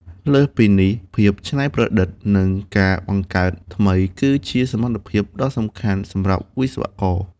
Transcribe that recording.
លើសពីនេះភាពច្នៃប្រឌិត និងការបង្កើតថ្មី គឺជាសមត្ថភាពដ៏សំខាន់សម្រាប់វិស្វករ។